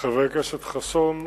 חבר הכנסת חסון.